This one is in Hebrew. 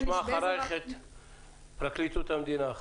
נשמע אחרייך את פרקליטות המדינה.